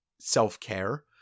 self-care